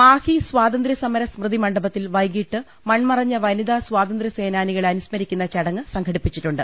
മാഹി സ്വാതന്ത്രൃ സമര സ്മൃതി മണ്ഡപത്തിൽ വൈകീട്ട് മൺമ റഞ്ഞ വനിതാ സ്വാതന്ത്രൃ സേനാനികളെ അനുസ്മരിക്കുന്ന ചടങ്ങ് സംഘടിപ്പിച്ചിട്ടുണ്ട്